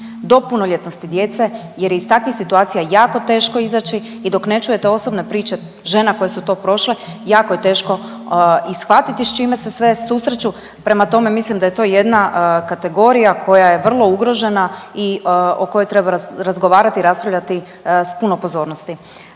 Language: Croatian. do punoljetnosti djece jer je iz takvih situacija jako teško izaći i dok ne čujete osobne priče žena koje su to prošle jako je teško i shvatiti s čime se sve susreću. Prema tome, mislim da je to jedna kategorija koja je vrlo ugrožena i o kojoj treba razgovarati i raspravljati s puno pozornosti.